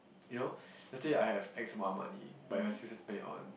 you know yesterday I have X amount of money but if I choose to spend it on